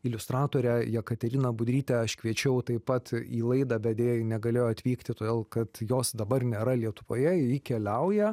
iliustratorę jekateriną budrytę aš kviečiau taip pat į laidą bet deja ji negalėjo atvykti todėl kad jos dabar nėra lietuvoje ji keliauja